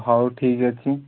ହଉ ଠିକ୍ ଅଛି